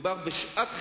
שמדובר בשעת חירום,